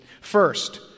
First